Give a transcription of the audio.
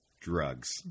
drugs